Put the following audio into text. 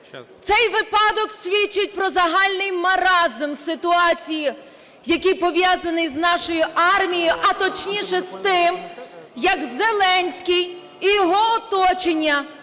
Цей випадок свідчить про загальний маразм ситуації, який пов'язаний з нашою армією, а точніше, з тим, як Зеленський і його оточення